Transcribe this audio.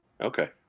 Okay